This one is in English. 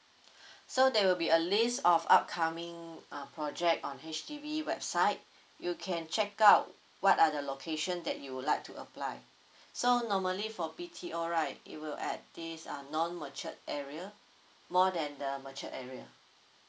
so there will be a list of upcoming uh project on H_D_B website you can check out what are the location that you would like to apply so normally for B_T_O right it will at this uh non matured area more than the matured area